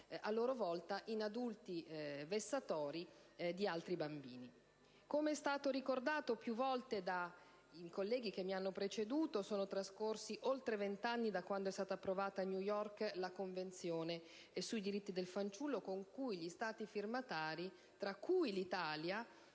a loro volta, in adulti vessatori di altri bambini. Come è stato ricordato più volte dai colleghi che mi hanno preceduto, sono trascorsi oltre venti anni da quando è stata approvata a New York la Convenzione sui diritti del fanciullo, con cui gli Stati firmatari - tra cui l'Italia